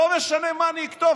משנה מה אני אכתוב.